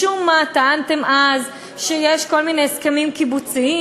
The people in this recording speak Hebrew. משום מה טענתם אז שיש כל מיני הסכמים קיבוציים,